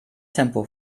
tempo